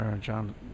John